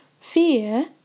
fear